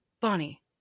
Bonnie